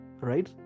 right